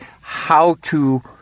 how-to